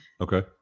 okay